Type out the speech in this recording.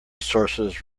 sources